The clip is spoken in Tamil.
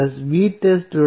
எனவே 0